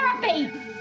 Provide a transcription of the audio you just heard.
therapy